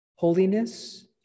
Holiness